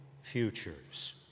futures